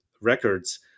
records